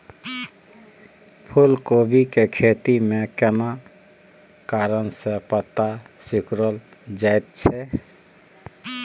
फूलकोबी के खेती में केना कारण से पत्ता सिकुरल जाईत छै?